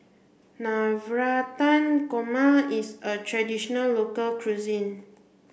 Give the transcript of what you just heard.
Navratan Korma is a traditional local cuisine